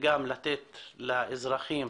וגם לתת לאזרחים